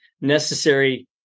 necessary